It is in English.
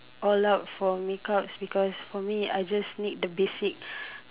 all out for makeups because for me I just need the basic